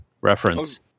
Reference